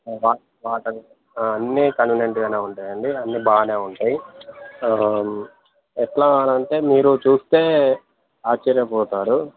వా వాటర్ అన్నీ కన్వీనెంట్గానే ఉంటాయండి అన్నీ బాగానే ఉంటాయి ఎలా అంటే మీరు చూస్తే ఆశ్చర్యపోతారు